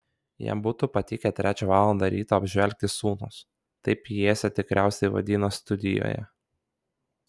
jam būtų patikę trečią valandą ryto apžvelgti sūnus taip pjesę tikriausiai vadino studijoje